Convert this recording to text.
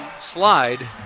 slide